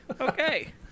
Okay